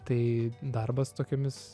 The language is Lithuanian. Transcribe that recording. tai darbas tokiomis